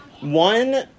One